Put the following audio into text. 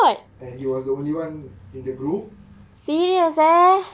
and he was the only one in the group